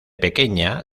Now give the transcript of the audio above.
pequeña